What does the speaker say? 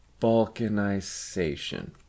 Balkanization